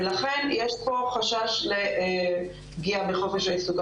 ולכן יש פה חשש לפגיעה בחופש העיסוק.